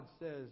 says